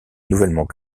nouvellement